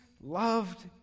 loved